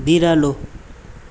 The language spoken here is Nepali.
बिरालो